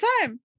time